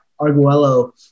Arguello